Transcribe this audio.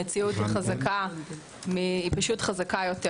המציאות חזקה יותר.